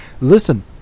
listen